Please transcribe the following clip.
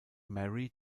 mary